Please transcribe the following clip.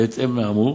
בהתאם לאמור,